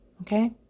Okay